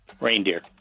Reindeer